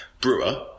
brewer